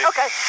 Okay